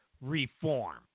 reform